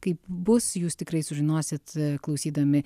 kaip bus jūs tikrai sužinosit klausydami